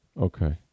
Okay